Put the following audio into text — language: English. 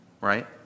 right